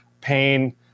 pain